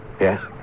Yes